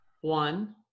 one